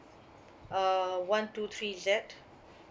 uh one two three Z